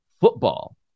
football